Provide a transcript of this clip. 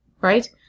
right